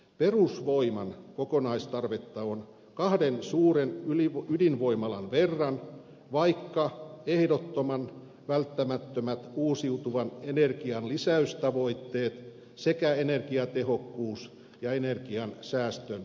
perusvoiman kokonaistarvetta on kahden suuren ydinvoimalan verran vaikka ehdottoman välttämättömät uusiutuvan energian lisäystavoitteet sekä energiatehokkuus ja energiansäästön suunnitelmat toteutetaan